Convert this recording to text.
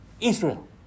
Israel